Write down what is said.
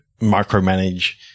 micromanage